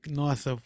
nossa